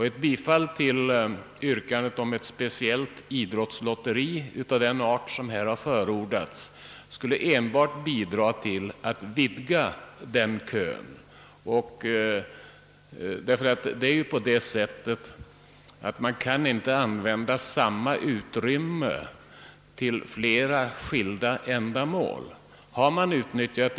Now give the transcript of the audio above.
Ett bifall till yrkandet om ett speciellt idrottslotteri av den art som här förordas skulle bara bidra till att förlänga den kön. Man kan inte utnyttja samma utrymme för flera skilda ändamål.